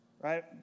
right